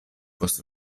post